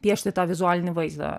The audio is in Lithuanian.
piešti tą vizualinį vaizdą